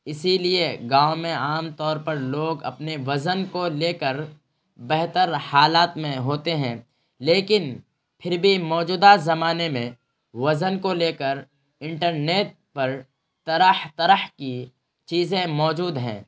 اسی لیے گاؤں میں عام طور پر لوگ اپنے وزن کو لے کر بہتر حالات میں ہوتے ہیں لیکن پھر بھی موجودہ زمانے میں وزن کو لے کر انٹرنیٹ پر طرح طرح کی چیزیں موجود ہیں